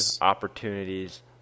opportunities